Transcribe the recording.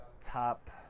top